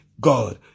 God